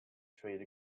trade